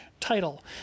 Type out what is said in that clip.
title